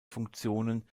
funktionen